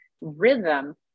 rhythm